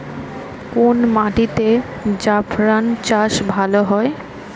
কোন মাটিতে জাফরান চাষ ভালো হয়?